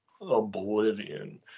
oblivion